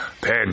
pen